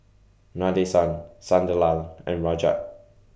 Nadesan Sunderlal and Rajat